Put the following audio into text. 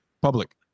public